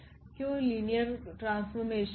क्यों linear transformation